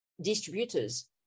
distributors